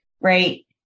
right